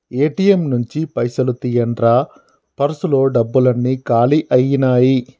ATM నుంచి పైసలు తీయండ్రా పర్సులో డబ్బులన్నీ కాలి అయ్యినాయి